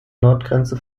nordgrenze